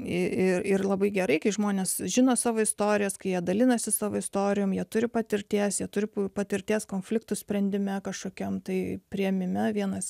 ir ir labai gerai kai žmonės žino savo istorijas kai jie dalinasi savo istorijomis turi patirties jie turi patirties konfliktų sprendime kažkokiam tai priėmime vienas